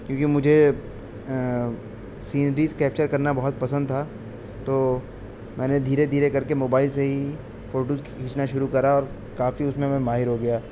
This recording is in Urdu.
کیونکہ مجھے سینریز کیپچر کرنا بہت پسند تھا تو میں نے دھیرے دھیرے کرکے موبائل سے ہی فوٹو کھینچنا شروع کرا اور کافی اس میں میں ماہر ہو گیا